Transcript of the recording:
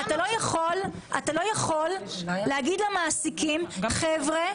אתה לא יכול להגיד למעסיקים חבר'ה,